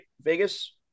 Vegas